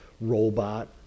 Robot